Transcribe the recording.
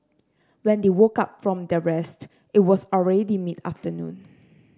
when they woke up from their rest it was already mid afternoon